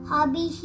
Hobby